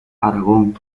aragón